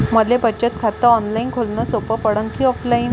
मले बचत खात ऑनलाईन खोलन सोपं पडन की ऑफलाईन?